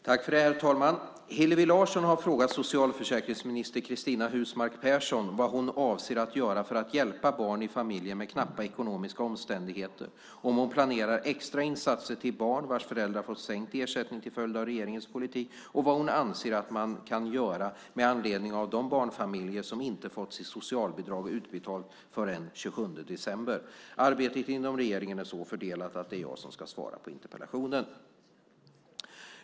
Herr talman! Hillevi Larsson har frågat socialförsäkringsminister Cristina Husmark Pehrsson vad hon avser att göra för att hjälpa barn i familjer med knappa ekonomiska omständigheter, om hon planerar extra insatser till barn vars föräldrar fått sänkt ersättning till följd av regeringens politik och vad hon anser att man kan göra med anledning av de barnfamiljer som inte fått sitt socialbidrag utbetalt förrän 27 december. Arbetet inom regeringen är så fördelat att det är jag som ska svara på interpellationen.